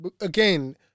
again